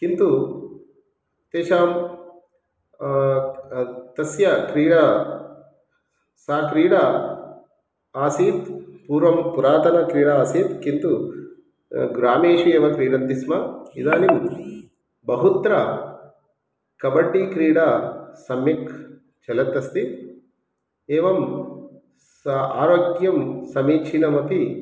किन्तु तेषां क तस्य क्रीडा सा क्रीडा आसीत् पूर्वं पुरातन क्रीडासीत् किन्तु ग्रामेषु एव क्रीडन्ति स्म इदानीं बहुत्र कबड्डि क्रीडा सम्यक् चलत् अस्ति एवं सा आरोग्याय समीचीनमपि